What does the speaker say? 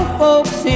folks